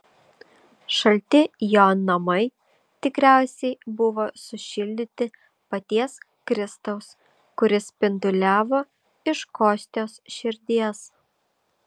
šalti jo namai tikriausiai buvo sušildyti paties kristaus kuris spinduliavo iš kostios širdies